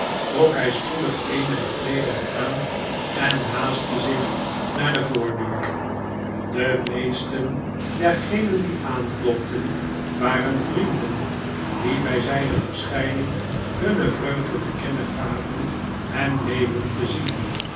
trok hij spoedig eenige kleederen aan en haastte zich naar de voordeur de meesten dergenen die aanklopten waren vrienden die bij zijne verschijning hunne vreugde te kennen gaven hem levend te zien